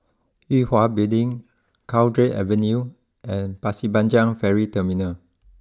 Yue Hwa Building Cowdray Avenue and Pasir Panjang Ferry Terminal